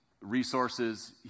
resources